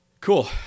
cool